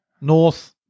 North